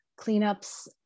cleanups